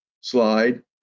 slide